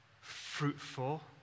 fruitful